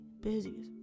busy